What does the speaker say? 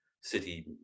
city